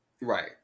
Right